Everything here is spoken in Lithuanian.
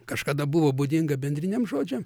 kažkada buvo būdinga bendriniam žodžiam